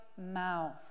mouth